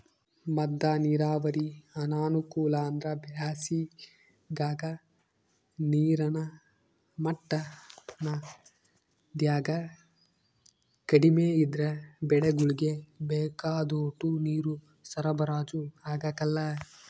ಮದ್ದ ನೀರಾವರಿ ಅನಾನುಕೂಲ ಅಂದ್ರ ಬ್ಯಾಸಿಗಾಗ ನೀರಿನ ಮಟ್ಟ ನದ್ಯಾಗ ಕಡಿಮೆ ಇದ್ರ ಬೆಳೆಗುಳ್ಗೆ ಬೇಕಾದೋಟು ನೀರು ಸರಬರಾಜು ಆಗಕಲ್ಲ